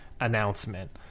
Announcement